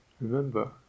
Remember